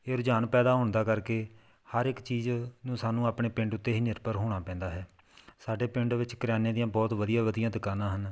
ਇਹ ਰੁਝਾਨ ਪੈਦਾ ਹੋਣ ਦਾ ਕਰਕੇ ਹਰ ਇੱਕ ਚੀਜ਼ ਨੂੰ ਸਾਨੂੰ ਆਪਣੇ ਪਿੰਡ ਉੱਤੇ ਹੀ ਨਿਰਭਰ ਹੋਣਾ ਪੈਂਦਾ ਹੈ ਸਾਡੇ ਪਿੰਡ ਵਿੱਚ ਕਰਿਆਨੇ ਦੀਆਂ ਬਹੁਤ ਵਧੀਆ ਵਧੀਆਂ ਦੁਕਾਨਾਂ ਹਨ